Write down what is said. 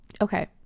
okay